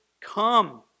come